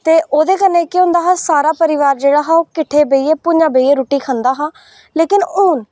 ते ओह्दे कन्नै केह् होंदा हा कि ओह् सारा परोआर हा जेह्ड़ा ओह् किट्ठे बेहियै भु'ञां बेहियै रुट्टी खंदा हा लेकिन हून